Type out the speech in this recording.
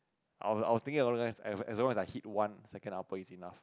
I I was thinking along the line as as long as I hit one second upper is enough